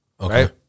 Okay